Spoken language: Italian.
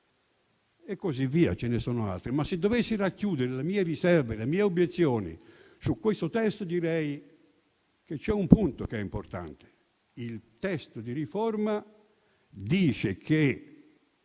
e così via, ce ne sono altre. Se però dovessi racchiudere le mie riserve e le mie obiezioni su questo testo, direi che c'è un punto che è importante: il testo di riforma dice che